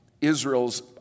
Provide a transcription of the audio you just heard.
Israel's